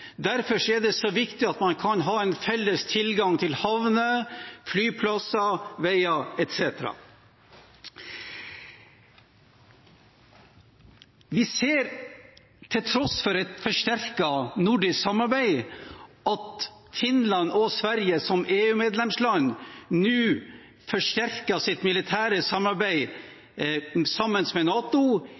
er det så viktig at man kan ha en felles tilgang til havner, flyplasser, veier etc. Vi ser, til tross for et forsterket nordisk samarbeid, at Finland og Sverige som EU-medlemsland nå forsterker sitt militære samarbeid med NATO